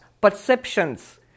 perceptions